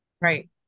Right